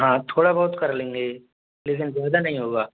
हाँ थोड़ा बहुत कर लेंगे लेकिन ज्यादा नहीं होगा